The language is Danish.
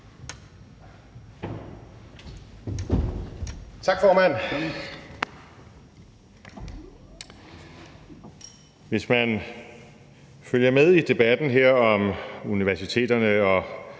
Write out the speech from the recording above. Tak, formand. Hvis man følger med i debatten her om universiteterne og